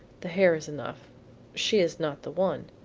the hair is enough she is not the one.